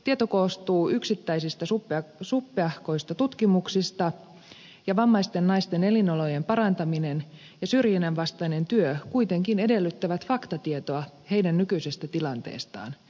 tieto koostuu yksittäisistä suppeahkoista tutkimuksista ja vammaisten naisten elinolojen parantaminen ja syrjinnän vastainen työ kuitenkin edellyttävät faktatietoa heidän nykyisestä tilanteestaan